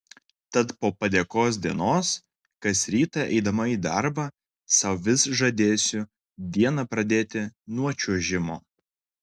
tad po padėkos dienos kas rytą eidama į darbą sau vis žadėsiu dieną pradėti nuo čiuožimo